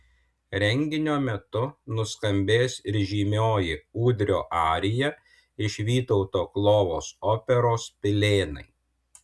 renginio metu nuskambės ir žymioji ūdrio arija iš vytauto klovos operos pilėnai